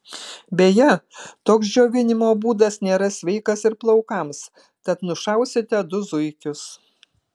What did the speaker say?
beje toks džiovinimo būdas nėra sveikas ir plaukams tad nušausite du zuikius